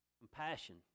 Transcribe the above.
Compassion